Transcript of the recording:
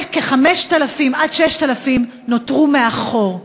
5,000 6,000 נותרו מאחור.